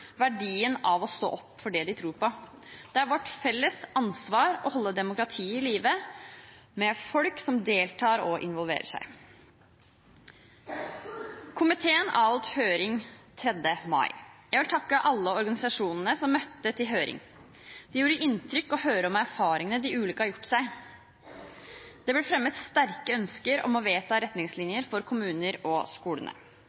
verdien av å stå opp for det de tror på. Det er vårt felles ansvar å holde demokratiet i live, med folk som deltar og involverer seg. Komiteen avholdt høring 3. mai, og jeg vil takke alle organisasjonene som møtte til høringen. Det gjorde inntrykk å høre om erfaringene de ulike har gjort seg. Det ble fremmet sterke ønsker om å vedta